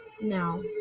no